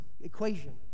equation